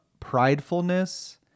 pridefulness